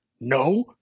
No